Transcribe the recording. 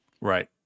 Right